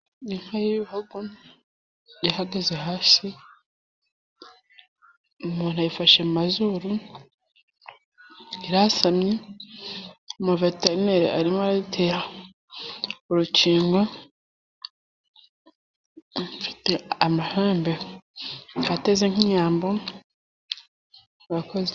Inka y'ibihogo yahagaze hasi. umuntu ayifashe mu mazuru, irasamye, umuveterineri arimo arayitera urukingo, ifite amahembe ateze nk'inyambo urakoze.